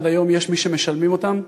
עד היום יש מי שמשלמים אותן.